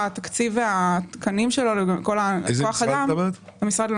למעט התקן הזה, כל העובדים נותרו במשרד החוץ.